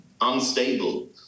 unstable